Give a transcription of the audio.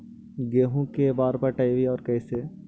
गेहूं के बार पटैबए और कैसे?